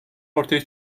ortaya